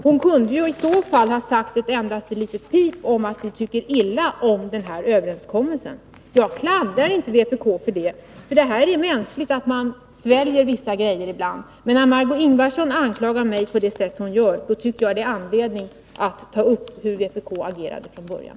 Hon kunde ju i så fall ha sagt ett endaste litet pip om att hon tyckte illa om den här överenskommelsen. Jag klandrar inte vpk för detta. Det är mänskligt att man sväljer vissa saker ibland. Men när Marg6é Ingvardsson anklagar mig på det sätt hon gör tycker jag att det finns anledning att ta upp hur vpk agerade från början.